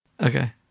Okay